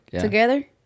Together